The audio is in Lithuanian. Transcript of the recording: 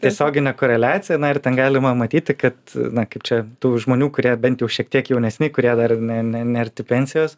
tiesioginė koreliacija na ir ten galima matyti kad na kaip čia tų žmonių kurie bent jau šiek tiek jaunesni kurie dar ne ne ne arti pensijos